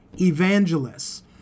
evangelists